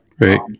right